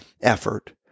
effort